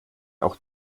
auch